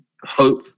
hope